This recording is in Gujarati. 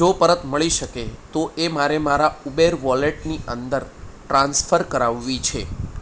જો પરત મળી શકે તો એ મારે મારા ઉબેર વૉલેટની અંદર ટ્રાન્સફર કરાવવી છે